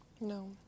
No